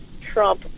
Trump